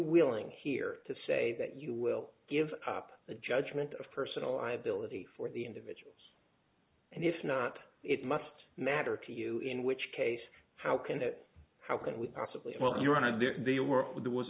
willing here to say that you will give up the judgment of personal liability for the individuals and if not it must matter to you in which case how can that how can we possibly while you're on the work with there was